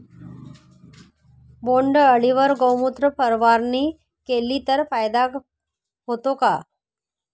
बोंडअळीवर गोमूत्र फवारणी केली तर फायदा होतो का?